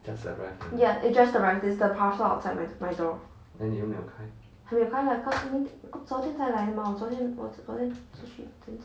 ya it just arrived thi~ the parcel just just outside my door 还没有开啦昨天才来的吗我昨天我昨天出去一整天